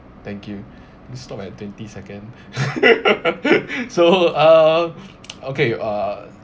thank you you stop at twenty second so uh okay uh